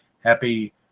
Happy